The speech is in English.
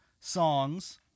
songs